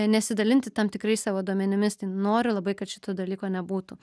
nesidalinti tam tikrais savo duomenimis tai noriu labai kad šito dalyko nebūtų